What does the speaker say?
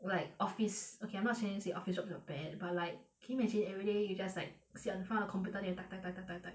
like office okay I'm not trying to say office jobs are bad but like can you imagine everyday you just like sit on the front of the computer then you type type type type type